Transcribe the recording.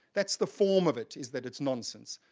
that's the form of it, is that it's nonsense.